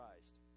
Christ